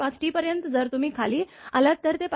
5 T पर्यंत जर तुम्ही खाली आलात तर ते 5